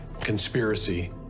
conspiracy